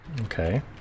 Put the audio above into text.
Okay